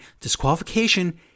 Disqualification